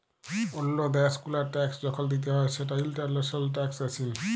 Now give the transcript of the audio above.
ওল্লো দ্যাশ গুলার ট্যাক্স যখল দিতে হ্যয় সেটা ইন্টারন্যাশনাল ট্যাক্সএশিন